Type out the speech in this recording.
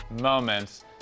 moments